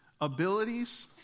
Abilities